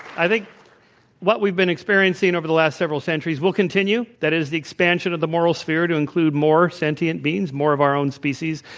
i think what we've been experiencing over the last several centuries will continue. that is, the expansion of the moral sphere to include more sentient beings, more of our own species,